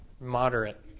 moderate